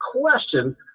question